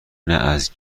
نه، از